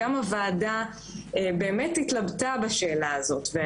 גם הוועדה באמת התלבטה בשאלה הזו.